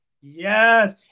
Yes